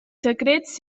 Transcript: secrets